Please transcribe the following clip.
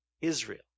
Israel